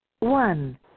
One